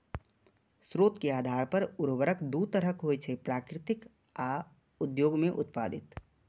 स्रोत के आधार पर उर्वरक दू तरहक होइ छै, प्राकृतिक आ उद्योग मे उत्पादित